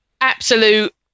absolute